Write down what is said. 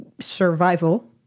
survival